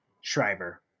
Shriver